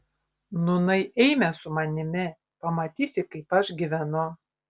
nūnai eime su manimi pamatysi kaip aš gyvenu